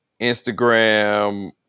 instagram